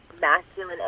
masculine